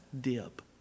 dip